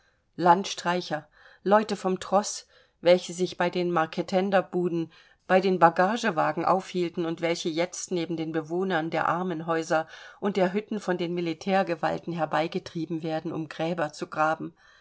landstreicher leute vom troß welche sich bei den marketenderbuden bei den bagagewagen aufhielten und welche jetzt neben den bewohnern der armenhäuser und der hütten von den militärgewalten herbeigetrieben werden um gräber zu graben